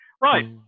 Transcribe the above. right